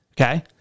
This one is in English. Okay